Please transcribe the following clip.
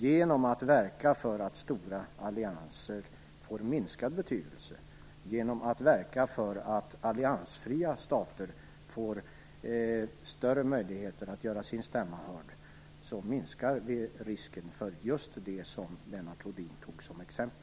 Genom att verka för att stora allianser får minskad betydelse och för att alliansfria stater får större möjligheter att göra sin stämma hörd minskar vi risken för just det som Lennart Rohdin tog som exempel.